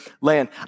land